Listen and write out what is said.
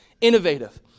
innovative